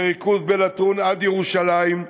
וריכוז בלטרון, עד ירושלים.